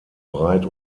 breit